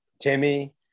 Timmy